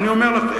אני אומר לך.